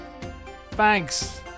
Thanks